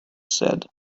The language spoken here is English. said